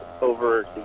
over